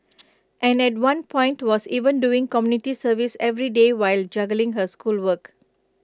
and at one point was even doing community service every day while juggling her schoolwork